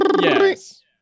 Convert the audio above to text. yes